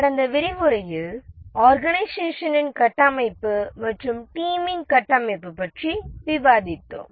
கடந்த விரிவுரையில் ஆர்கனைசேஷனின் கட்டமைப்பு மற்றும் டீமின் கட்டமைப்பு பற்றி விவாதித்தோம்